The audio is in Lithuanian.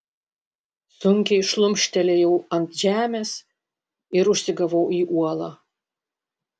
sunkiai šlumštelėjau ant žemės ir užsigavau į uolą